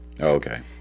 Okay